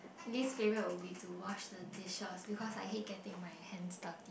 least favourite will be to wash the dishes because I hate getting my hands dirty